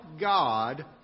God